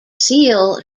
seal